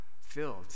filled